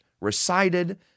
recited